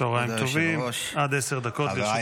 צוהריים טובים, עד עשר דקות לרשותך.